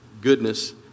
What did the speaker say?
goodness